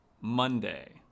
Monday